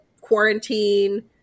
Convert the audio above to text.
quarantine